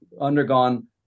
undergone